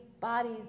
bodies